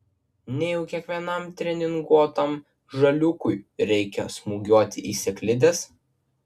nejau kiekvienam treninguotam žaliūkui reikia smūgiuoti į sėklides